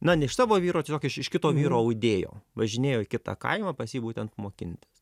na ne iš savo vyro tiesiog iš iš kito vyro audėjo važinėjo į kitą kaimą pas jį būtent mokintis